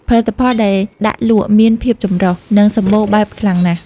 ផលិតផលដែលដាក់លក់មានភាពចម្រុះ និងសំបូរបែបខ្លាំងណាស់។